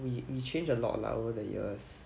we we change a lot lah over the years